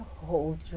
hold